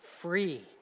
free